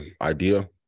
idea